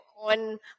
on